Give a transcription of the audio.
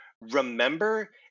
remember